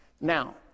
Now